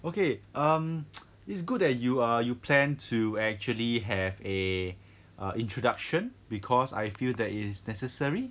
okay um it's good that you err you plan to actually have a introduction because I feel that it's necessary